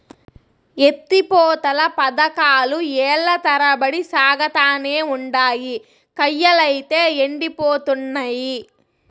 ఎత్తి పోతల పదకాలు ఏల్ల తరబడి సాగతానే ఉండాయి, కయ్యలైతే యెండిపోతున్నయి